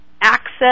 Access